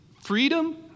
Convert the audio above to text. Freedom